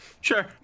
Sure